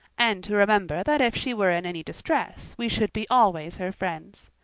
and to remember that if she were in any distress we should be always her friends.